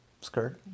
skirt